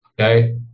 Okay